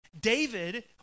David